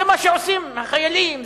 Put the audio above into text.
זה מה שעושים החיילים,